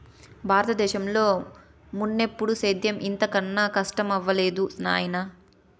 బారత దేశంలో మున్నెప్పుడూ సేద్యం ఇంత కనా కస్టమవ్వలేదు నాయనా